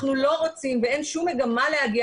אנחנו לא רוצים ואין שום מגמה להגיע